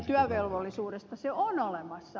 se on olemassa